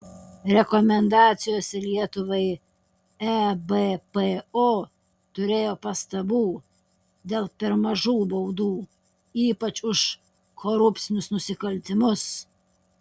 rekomendacijose lietuvai ebpo turėjo pastabų dėl per mažų baudų ypač už korupcinius nusikaltimus